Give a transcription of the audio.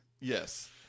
Yes